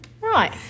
Right